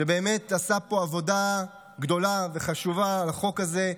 שבאמת עשה פה עבודה גדולה וחשובה בחוק הזה.